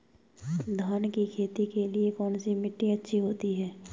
धान की खेती के लिए कौनसी मिट्टी अच्छी होती है?